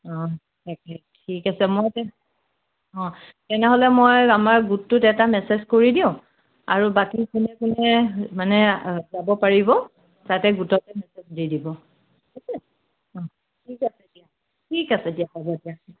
অঁ তাকে ঠিক আছে মই তেন্তে অঁ তেনেহ'লে মই আমাৰ গোটটোত এটা মেছেজ কৰি দিওঁ আৰু বাকী কোনে কোনে মানে যাব পাৰিব তাতে গোটতে মেছেজ দি দিব ঠিক আছে অহ ঠিক আছে দিয়া ঠিক আছে দিয়া হ'ব দিয়া